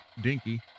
dinky